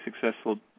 successful